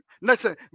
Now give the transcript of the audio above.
Listen